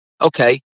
okay